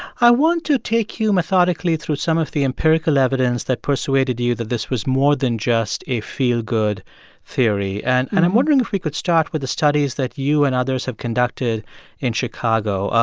i want to take you methodically through some of the empirical evidence that persuaded you that this was more than just a feel-good theory. and and i'm wondering if we could start with the studies that you and others have conducted in chicago.